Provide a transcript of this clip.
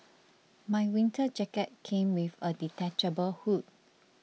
my winter jacket came with a detachable hood